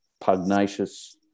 pugnacious